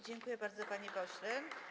Dziękuję bardzo, panie pośle.